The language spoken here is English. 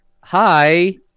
hi